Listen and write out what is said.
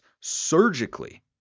surgically